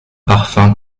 parfum